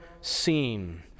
seen